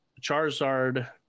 Charizard